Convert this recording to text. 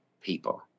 people